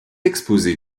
exposé